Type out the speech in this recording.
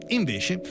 invece